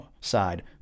side